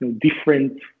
different